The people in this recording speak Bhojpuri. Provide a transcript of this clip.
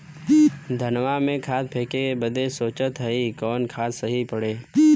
धनवा में खाद फेंके बदे सोचत हैन कवन खाद सही पड़े?